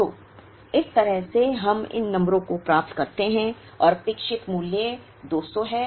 तो इस तरह से हम इन नंबरों को प्राप्त करते हैं और अपेक्षित मूल्य 200 है